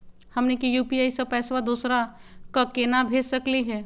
हमनी के यू.पी.आई स पैसवा दोसरा क केना भेज सकली हे?